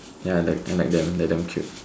ya the I like them they're damn cute